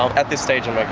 um at this stage ah